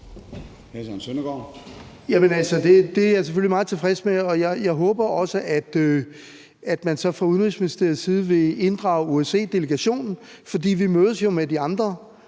Det er jeg selvfølgelig meget tilfreds med, og jeg håber også, at man så fra Udenrigsministeriets side vil inddrage OSCE-delegationen, for vi mødes jo med de andre